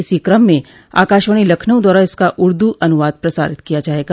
इसी क्रम में आकाशवाणी लखनऊ द्वारा इसका उर्दू अनुवाद प्रसारित किया जायेगा